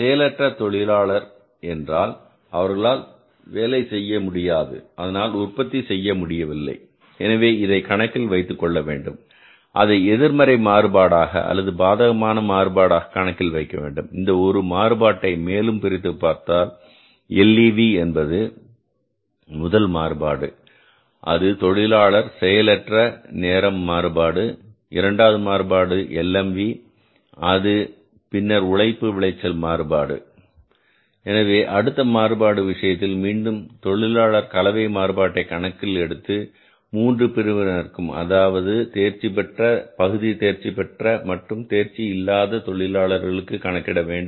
செயல் அற்ற தொழிலாளர் என்றால் அவர்களால் வேலை செய்ய முடியாது அதனால் உற்பத்தி செய்ய முடியவில்லை எனவே இதை நாம் கணக்கில் வைத்துக் கொள்ள வேண்டும் அதை எதிர்மறை மாறுபாடாக அல்லது பாதகமான மாறுபாடாக கணக்கில் வைக்க வேண்டும் இந்த ஒரு மாறுபாட்டை மேலும் பிரித்து பார்த்தால் LEV என்பது முதல் மாறுபாடு அது தொழிலாளர் செயலற்ற நேரம் மாறுபாடு இரண்டாவது மாறுபாடு என்பது LMV அதன் பின்னர் உழைப்பு விளைச்சல் மாறுபாடு எனவே அடுத்த மாறுபாடு விஷயத்தில் மீண்டும் தொழிலாளர் கலவை மாறுபாட்டை கணக்கில் எடுத்து மூன்று பிரிவினருக்கும் அதாவது தேர்ச்சிபெற்ற பகுதி தேர்ச்சிபெற்ற மற்றும் தேர்ச்சி இல்லாத தொழிலாளர்களுக்கு கணக்கிட வேண்டும்